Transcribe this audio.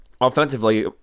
Offensively